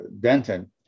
Denton